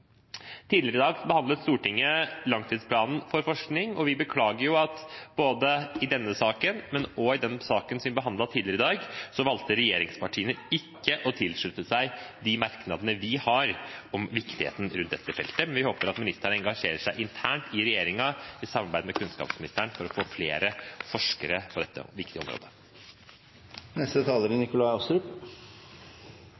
Tidligere i dag behandlet Stortinget langtidsplanen for forskning og høyere utdanning, og vi beklager at i både denne saken og den saken vi behandlet tidligere i dag, valgte regjeringspartiene ikke å tilslutte seg de merknadene vi har om viktigheten rundt dette feltet. Men vi håper at ministeren engasjerer seg internt i regjeringen, i samarbeid med kunnskapsministeren, for å få flere forskere på dette viktige området. Naturmangfoldet er